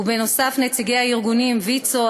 ובנוסף נציגי הארגונים ויצו,